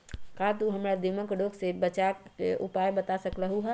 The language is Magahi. का तू हमरा दीमक के रोग से बचे के उपाय बता सकलु ह?